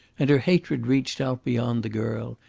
and her hatred reached out beyond the girl,